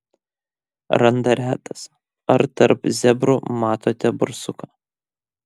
randa retas ar tarp zebrų matote barsuką